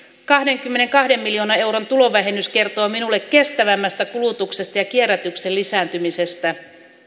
kahdenkymmenenkahden miljoonan euron tulonvähennys kertoo minulle kestävämmästä kulutuksesta ja kierrätyksen lisääntymisestä